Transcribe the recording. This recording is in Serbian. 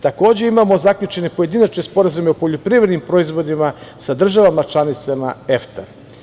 Takođe, imamo zaključene pojedinačne sporazume o poljoprivrednim proizvodima sa državama članicama EFTA.